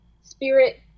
spirit